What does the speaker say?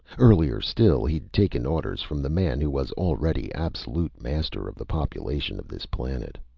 earlier still he'd taken orders from the man who was already absolute master of the population of this planet.